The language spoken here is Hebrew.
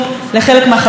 חברות וחברים,